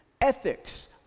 ethics